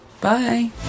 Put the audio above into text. Bye